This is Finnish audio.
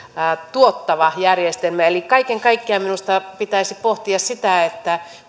tuottava järjestelmä eli kaiken kaikkiaan minusta pitäisi pohtia sitä